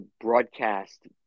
broadcast